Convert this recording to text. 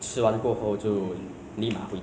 the last time we went out is